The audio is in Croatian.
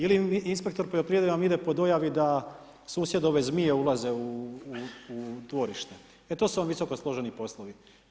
Ili inspektor poljoprivrede vam ide po dojavi da susjedove zmije ulaze u dvorište, e to su vam visokosloženi poslovi.